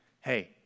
hey